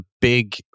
big